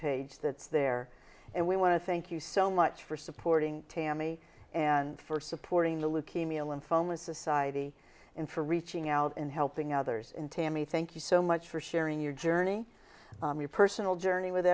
page that's there and we want to thank you so much for supporting tammy and for supporting the leukemia lymphoma society in for reaching out and helping others and to me thank you so much for sharing your journey your personal journey with